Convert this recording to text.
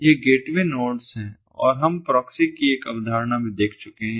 ये gateway nodes हैं और हम प्रॉक्सी की एक अवधारणा भी देख चुके हैं